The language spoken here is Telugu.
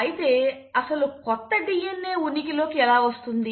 అయితే అసలు కొత్త DNA ఉనికిలో కి ఎలా వస్తుంది